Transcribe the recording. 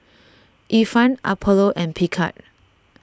Ifan Apollo and Picard